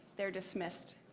they are dismissed.